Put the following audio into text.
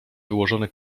wyłożony